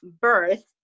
birth